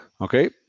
Okay